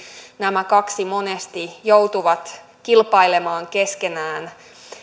nämä kaksi monesti joutuvat kilpailemaan keskenään